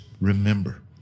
remember